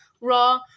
Raw